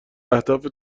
اهداف